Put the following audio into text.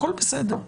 הכול בסדר.